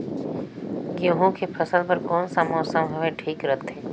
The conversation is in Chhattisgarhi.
गहूं के फसल बर कौन सा मौसम हवे ठीक रथे?